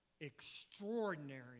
extraordinary